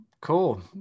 cool